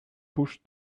pushed